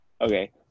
Okay